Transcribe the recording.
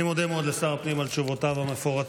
אני מודה מאוד לשר הפנים על תשובותיו המפורטות.